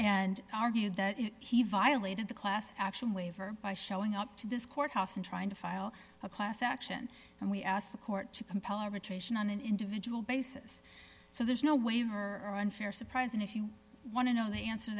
and argued that he violated the class action waiver by showing up to this courthouse and trying to file a class action and we asked the court to compel arbitration on an individual basis so there's no way in her unfair surprise and if you want to know the answer